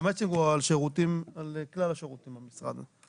המצ'ינג הוא על כלל השירותים במשרד.